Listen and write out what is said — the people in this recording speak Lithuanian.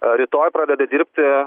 rytoj pradeda dirbti